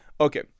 Okay